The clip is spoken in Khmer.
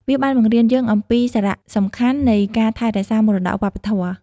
វាបានបង្រៀនយើងអំពីសារៈសំខាន់នៃការថែរក្សាមរតកវប្បធម៌។